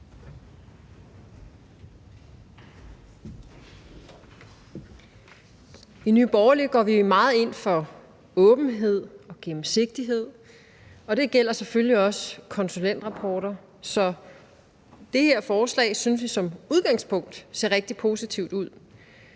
I Nye Borgerlige går vi meget ind for åbenhed og gennemsigtighed, og det gælder selvfølgelig også konsulentrapporter. Så vi synes som udgangspunkt, at det her